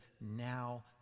now